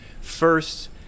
First